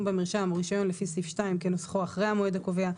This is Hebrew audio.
במרשם או רישיון לפי סעיף 2 כנוסחו אחרי המועד הקובע,